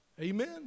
Amen